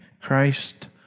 Christ